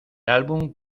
álbum